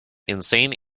insane